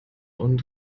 und